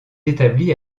établie